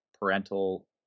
parental